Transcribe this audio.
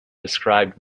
described